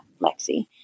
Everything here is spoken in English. Lexi